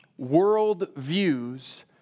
worldviews